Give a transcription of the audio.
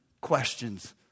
questions